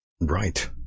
Right